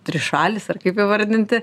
trišalis ar kaip įvardinti